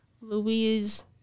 Louise